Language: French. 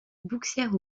bouxières